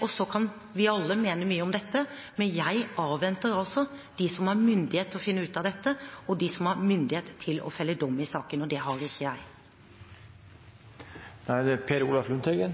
og så kan vi alle mene mye om dette. Men jeg avventer de som har myndighet til å finne ut av det, og de som har myndighet til å felle dom i saken. Det har ikke jeg.